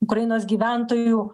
ukrainos gyventojų